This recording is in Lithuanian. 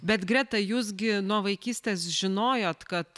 bet greta jūs gi nuo vaikystės žinojot kad